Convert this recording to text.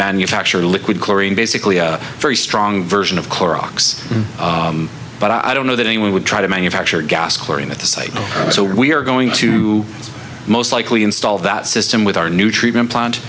manufacture liquid chlorine basically a very strong version of clorox but i don't know that anyone would try to manufacture gas chlorine at the site so we are going to most likely install that system with our new treatment plant